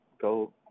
go